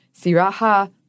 Siraha